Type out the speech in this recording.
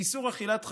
"איסור אכילת חמץ".